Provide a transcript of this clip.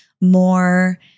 more